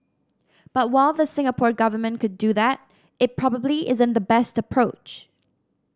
but while the Singapore Government could do that it probably isn't the best approach